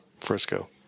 Frisco